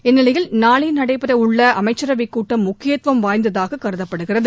இந்நிலையில் நாளை நடைபெறவுள்ள அமைச்சரவைக் கூட்டம் முக்கியத்துவம் வாய்ந்ததாக கருதப்படுகிறது